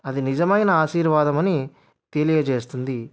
అది నిజమైన ఆశీర్వాదమని తెలియజేస్తుంది